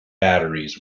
batteries